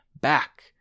back